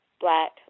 black